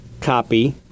copy